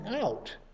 out